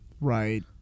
Right